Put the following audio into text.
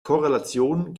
korrelation